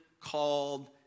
called